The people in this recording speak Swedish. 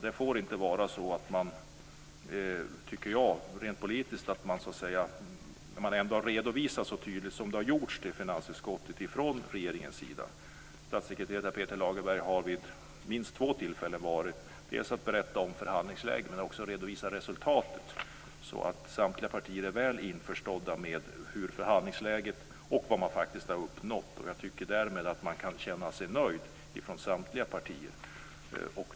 Det får inte vara så, tycker jag rent politiskt, att man opponerar sig när något ändå har redovisats så tydligt som det har gjorts till finansutskottet från regeringens sida. Statssekreterare Peter Lagerblad har vid minst två tillfällen varit hos utskottet för att berätta om förhandlingsläget men också för att redovisa resultatet, så samtliga partier är väl införstådda med förhandlingsläget och vad man faktiskt har uppnått, och jag tycker därmed att man kan känna sig nöjd från samtliga partier.